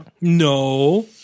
No